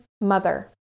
mother